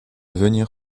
venir